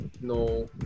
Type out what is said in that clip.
no